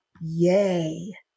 yay